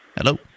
Hello